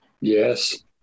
Yes